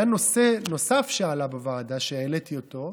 היה נושא נוסף שעלה בוועדה, שהעליתי אותו,